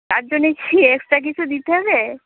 তার জন্যে কি এক্সট্রা কিছু দিতে হবে